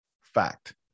fact